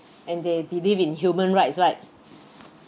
and they believe in human rights right